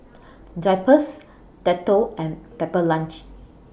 Drypers Dettol and Pepper Lunch